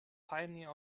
pioneer